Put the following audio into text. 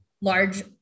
large